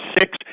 six